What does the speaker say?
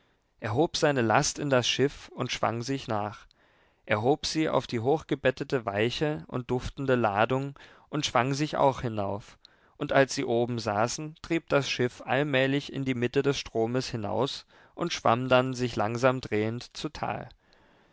hob seine last in das schiff und schwang sich nach er hob sie auf die hochgebettete weiche und duftende ladung und schwang sich auch hinauf und als sie oben saßen trieb das schiff allmählich in die mitte des stromes hinaus und schwamm dann sich langsam drehend zu tal